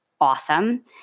awesome